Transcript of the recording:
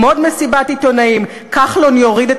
עם עוד מסיבת עיתונאים: כחלון יוריד את